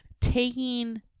taking